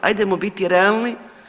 Hajdemo biti realni.